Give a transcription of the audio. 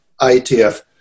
IETF